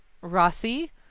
Rossi